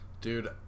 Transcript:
Dude